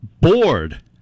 bored